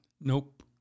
Nope